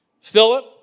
Philip